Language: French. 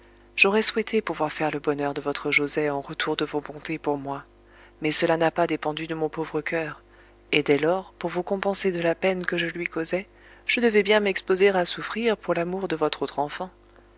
j'aurais souhaité pouvoir faire le bonheur de votre joset en retour de vos bontés pour moi mais cela n'a pas dépendu de mon pauvre coeur et dès lors pour vous compenser de la peine que je lui causais je devais bien m'exposer à souffrir pour l'amour de votre autre enfant